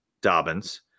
Dobbins